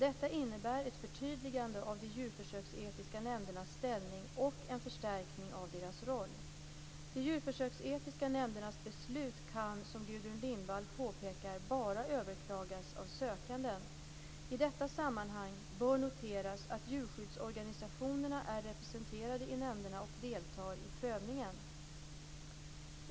Detta innebär ett förtydligande av de djurförsöksetiska nämndernas ställning och en förstärkning av deras roll. De djurförsöksetiska nämndernas beslut kan, som Gudrun Lindvall påpekar, bara överklagas av sökanden. I detta sammanhang bör noteras att djurskyddsorganisationerna är representerade i nämnderna och deltar i prövningen.